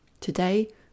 today